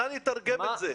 נא לתרגם את זה.